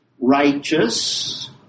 righteous